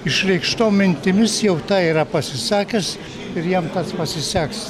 išreikštom mintimis jau tą yra pasisakęs ir jam tas pasiseks